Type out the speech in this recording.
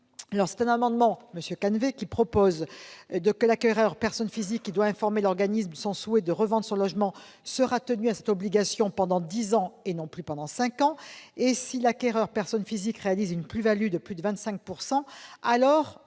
n° 765 rectifié, M. Canevet propose que l'acquéreur personne physique qui doit informer l'organisme de son souhait de revendre son logement soit tenu à cette obligation pendant dix ans, et non plus cinq ans. Si l'acquéreur personne physique réalise une plus-value de plus de 25 %, alors